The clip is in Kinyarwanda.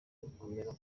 gukomeza